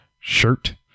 shirt